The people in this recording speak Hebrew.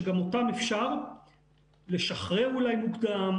שגם אותם אפשר לשחרר אולי מוקדם,